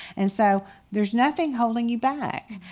and so there's nothing holding you back.